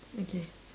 okay